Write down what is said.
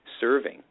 serving